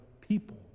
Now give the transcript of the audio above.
people